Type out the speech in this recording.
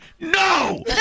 No